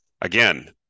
again